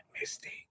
Misty